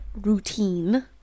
routine